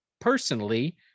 personally